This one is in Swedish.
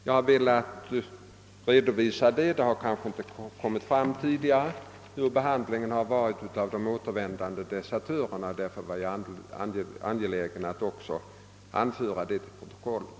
Jag har velat redovisa detta, eftersom det kanske inte har kommit fram tidigare hur de återvändande desertörerna har behandlats. Jag var angelägen att anföra det till protokollet.